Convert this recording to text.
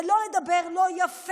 זה לא לדבר לא יפה,